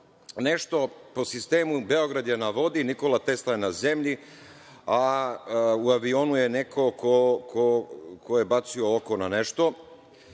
nešto po sistemu Beograd je na vodi, Nikola Tesla je na zemlji, a u avionu je neko ko je bacio oko na nešto.